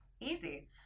Easy